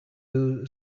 who